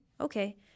okay